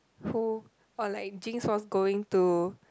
who or like jinx was going to